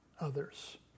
others